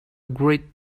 great